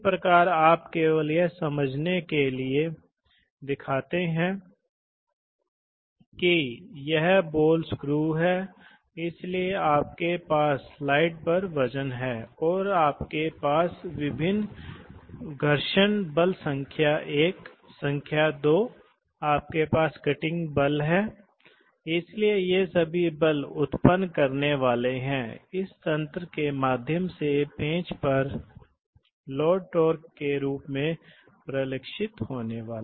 यदि आप दबाव देखते हैं उदाहरण के लिए यदि आप न्यूमेटिक्स वाल्वों की दबाव प्रवाह विशेषताओं को देखते हैं तो यह पता चलता है कि यह कई कारकों पर निर्भर करता है इसलिए उदाहरण के लिए यह इस पर निर्भर करेगा यह भार प्रवाह दर है यह डिस्चार्ज गुणांक और क्षेत्र पर निर्भर करेगा जो किसी भी प्रवाह के लिए मानक है लेकिन क्योंकि यह संपीड़ित प्रवाह है यह अपस्ट्रीम और डाउनस्ट्रीम प्रेशर पर भी निर्भर करेगा जो विशेष रूप से अपस्ट्रीम और डाउनस्ट्रीम प्रेशर अनुपात पर निर्भर करेगा यह तापमान पर भी निर्भर करेगा